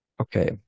Okay